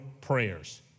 prayers